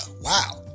wow